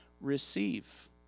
receive